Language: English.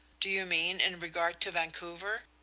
do you mean in regard to vancouver?